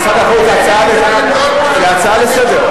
זאת הצעה לסדר-היום,